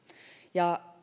ja